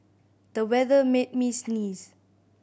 the weather made me sneeze